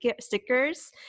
stickers